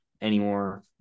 anymore